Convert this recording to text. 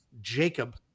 Jacob